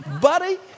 Buddy